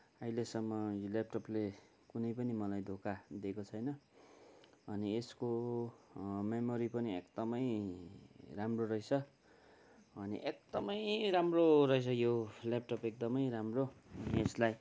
अहिलेसम्म यो ल्यापटपले कुनै पनि मलाई धोका दिएको छैन अनि यसको मेमोरी पनि एकदमै राम्रो रहेछ अनि एकदमै राम्रो रहेछ यो ल्यापटप एकदमै राम्रो यसलाई